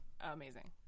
amazing